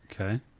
Okay